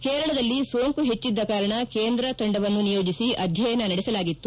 ಕೇರಳದಲ್ಲಿ ಸೋಂಕು ಹೆಚ್ಚಿದ್ದ ಕಾರಣ ಕೇಂದ್ರ ತಂಡವನ್ನು ನಿಯೋಜಿಸಿ ಅಧ್ಯಯನ ನಡೆಸಲಾಗಿತ್ತು